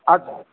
अच्छा